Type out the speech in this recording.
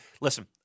listen